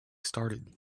started